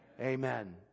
Amen